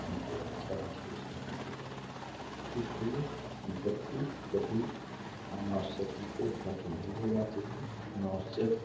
हमको अच्छा महसूस नहीं होगा इसलिए जब भी कभी अनावश्यक हमको झूठ नहीं बोलना चाहिए अनावश्यक